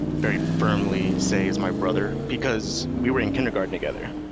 very firmly say is my brother, because we were in kindergarten together,